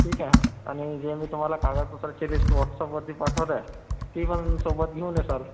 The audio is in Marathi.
ठीक आहे आणि जे मी तुम्हाला कागदपत्राची लिस्ट वॉट्सअपवरती पाठवत आहे ती पण सोबत घेऊन येशाल